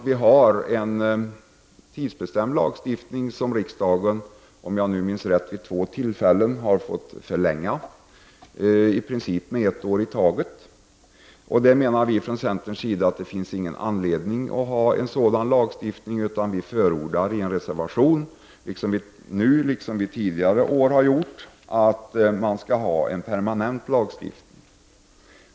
Vi har en tidsbestämd lagstiftning som riksdagen, om jag minns rätt, vid två tillfällen har fått förlänga i princip ett år i taget. Vi menar från centerns sida att det finns ingen anledning att ha en sådan lagstiftning, utan vi förordar i en reservation nu, liksom vi tidigare år har gjort, att det skall finnas en permanent lagstiftning.